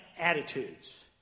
attitudes